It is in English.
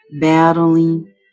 battling